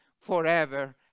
forever